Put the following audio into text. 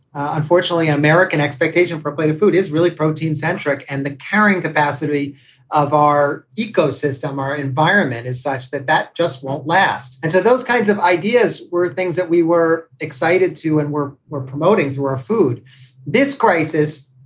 unfortunately, american expectations for a plate of food is really protein centric. and the carrying capacity of our eco system, our environment is such that that just won't last. and so those kinds of ideas were things that we were excited to and we're were promoting through our food this crisis.